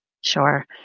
Sure